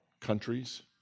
countries